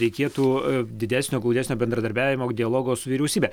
reikėtų didesnio glaudesnio bendradarbiavimo dialogo su vyriausybe